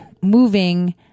moving